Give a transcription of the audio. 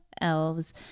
elves